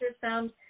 found